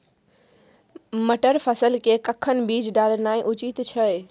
मटर फसल के कखन बीज डालनाय उचित छै?